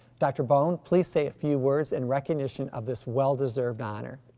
dr. bohn, please say a few words in recognition of this well deserved honor.